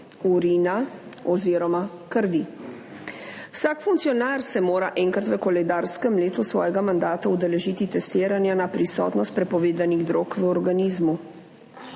urina oziroma krvi. Vsak funkcionar se mora enkrat v koledarskem letu svojega mandata udeležiti testiranja na prisotnost prepovedanih drog v organizmu.